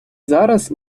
зараз